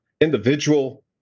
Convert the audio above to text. individual